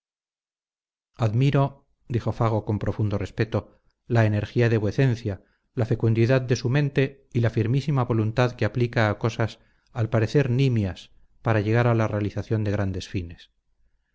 admiro dijo fago con profundo respeto la energía de vuecencia la fecundidad de su mente y la firmísima voluntad que aplica a cosas al parecer nimias para llegar a la realización de grandes fines